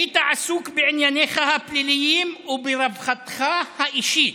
היית עסוק בענייניך הפליליים וברווחתך האישית.